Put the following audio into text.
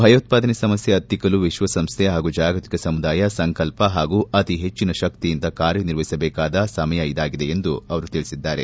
ಭಯೋತ್ವಾದನೆ ಸಮಸ್ಯೆ ಹತ್ತಿಕ್ಕಲು ವಿಶ್ವಸಂಸ್ಯೆ ಹಾಗೂ ಜಾಗತಿಕ ಸಮುದಾಯ ಸಂಕಲ್ಪ ಹಾಗೂ ಅತಿ ಹೆಚ್ಚಿನ ಶಕ್ತಿಯಿಂದ ಕಾರ್ಯನಿರ್ವಹಿಸಬೇಕಾದ ಸಮಯ ಇದಾಗಿದೆ ಎಂದು ಅವರು ತಿಳಿಸಿದ್ದಾರೆ